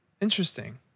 Interesting